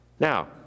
Now